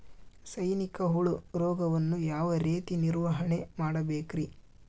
ಸೈನಿಕ ಹುಳು ರೋಗವನ್ನು ಯಾವ ರೇತಿ ನಿರ್ವಹಣೆ ಮಾಡಬೇಕ್ರಿ?